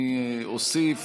אני אוסיף